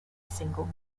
single